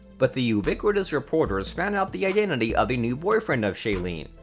but the ubiquitous reporters found out the identity of the new boyfriend of shailene.